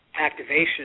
activation